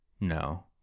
no